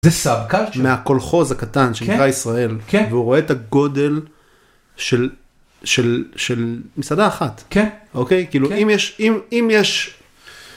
מהקולחוז הקטן שנקרא ישראל והוא רואה את הגודל של של של מסעדה אחת כן כאילו אם יש אם אם יש.